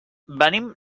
venim